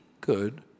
good